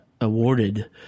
awarded